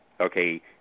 okay